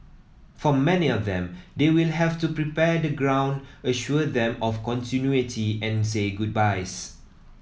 for many of them they will have to prepare the ground assure them of continuity and say goodbyes